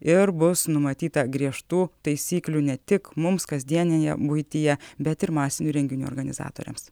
ir bus numatyta griežtų taisyklių ne tik mums kasdienėje buityje bet ir masinių renginių organizatoriams